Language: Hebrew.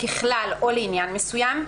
ככלל או לעניין מסוים,